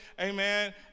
amen